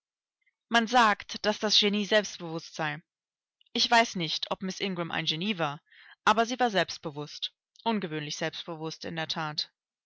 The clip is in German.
man sagt daß das genie selbstbewußt sei ich weiß nicht ob miß ingram ein genie war aber sie war selbstbewußt ungewöhnlich selbstbewußt in der that